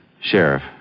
Sheriff